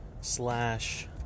slash